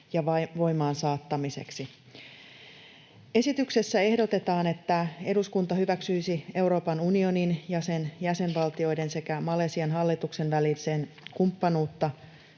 ja voimaansaattamiseksi: Esityksessä ehdotetaan, että eduskunta hyväksyisi Euroopan unionin ja sen jäsenvaltioiden sekä Malesian hallituksen välisen kumppanuutta